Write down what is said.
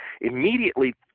immediately